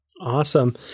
Awesome